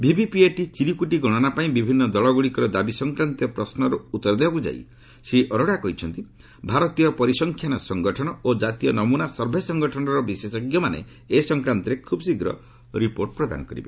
VVPAT ଚିରୁକୁଟି ଗଣନାପାଇଁ ବିଭିନ୍ନ ଦଳଗୁଡ଼ିକର ଦାବୀ ସଂକ୍ରାନ୍ତୀୟ ପ୍ରଶ୍ମଗୁଡ଼ିକର ଉତ୍ତର ଦେବାକୁ ଯାଇ ଶ୍ରୀ ଅରୋଡା କହିଛନ୍ତି ଭାରତୀୟ ପରିସଂଖ୍ୟାନ ସଙ୍ଗଠନ ଓ କାତୀୟ ନମୁନା ସର୍ଭେ ସଙ୍ଗଠନର ବିଶେଷଜ୍ଞମାନେ ଏ ସଂକ୍ରାନ୍ତରେ ଖୁବ୍ ଶୀଘ୍ର ରିପୋର୍ଟ ପ୍ରଦାନ କରିବେ